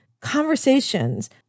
conversations